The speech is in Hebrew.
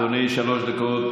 בבקשה, אדוני, שלוש דקות.